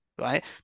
right